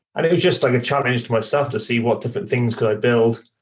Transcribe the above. and it was just like a challenge to myself to see what different things could i build,